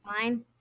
Fine